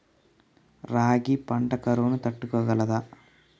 రాగి పంట కరువును తట్టుకోగలదా?